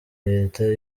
leta